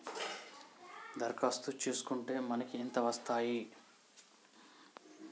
దరఖాస్తు చేస్కుంటే మనకి ఎంత వస్తాయి?